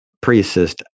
pre-assist